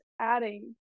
adding